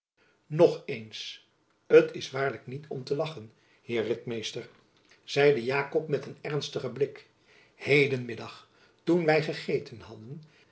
nog eens t is waarlijk niet om te lachen heer jacob van lennep elizabeth musch ritmeester zeide jakob met een ernstigen blik heden middag toen wy gegeten hadden